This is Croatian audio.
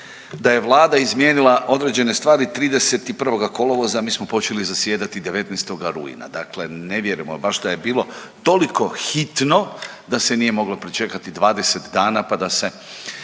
da je Vlada izmijenila određene stvari 31. kolovoza, mi smo počeli zasjedati 19. rujna. Dakle, ne vjerujemo baš da je bilo toliko hitno da se nije moglo pričekati 20 dana pa da se